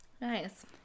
Nice